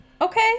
Okay